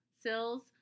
sills